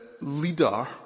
leader